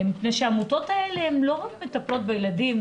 מפני שהעמותות האלה לא רק מטפלות בילדים,